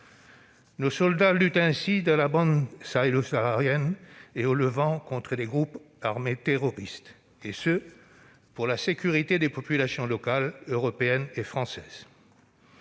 Nos soldats luttent ainsi dans la bande sahélo-saharienne et au Levant contre les groupes armés terroristes, et ce pour la sécurité des populations locale, européenne et française.